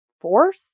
force